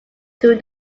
through